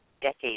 decades